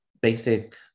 basic